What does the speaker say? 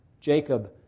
Jacob